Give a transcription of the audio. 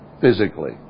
physically